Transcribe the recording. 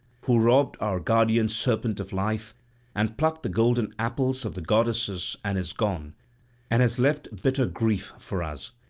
who robbed our guardian serpent of life and plucked the golden apples of the goddesses and is gone and has left bitter grief for us.